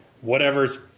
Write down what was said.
whatever's